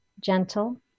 gentle